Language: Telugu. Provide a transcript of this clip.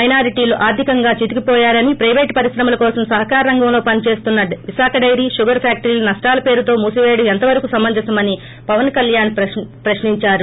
మైనారిటీలు ఆర్థికంగా చితికిపోయారని పైవేటు పరిశ్రమల కోసం సహకార రంగంలో పనిచేస్తున్న విజయ డైరీ షుగర్ ఫ్యాక్టరీలను నష్టాల పేరుతో మూసిపేయడం ఎంతవరకు సమంజసమని పవన్ కళ్యాణ్ ప్రశ్ని ంచారు